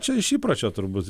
čia iš įpročio turbūt